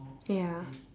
ya